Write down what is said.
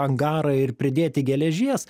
angarą ir pridėti geležies